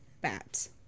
bats